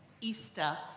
Easter